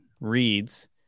reads